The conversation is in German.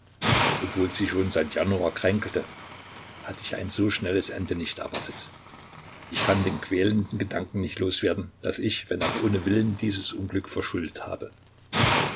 obwohl sie schon seit januar kränkelte hatte ich ein so schnelles ende nicht erwartet ich kann den quälenden gedanken nicht los werden daß ich wenn auch ohne willen dieses unglück verschuldet habe